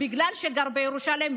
בגלל שהוא גר בירושלים,